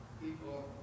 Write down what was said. people